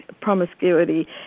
promiscuity